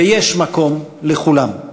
ויש מקום לכולם.